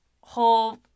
whole